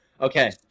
Okay